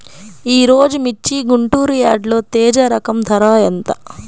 ఈరోజు మిర్చి గుంటూరు యార్డులో తేజ రకం ధర ఎంత?